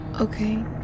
Okay